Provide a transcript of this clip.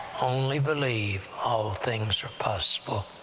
only believe all things are possible,